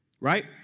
Right